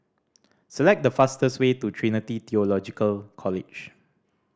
select the fastest way to Trinity Theological College